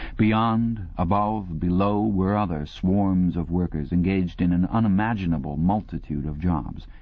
beyond, above, below, were other swarms of workers engaged in an unimaginable multitude of jobs.